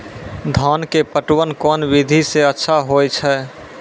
धान के पटवन कोन विधि सै अच्छा होय छै?